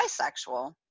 bisexual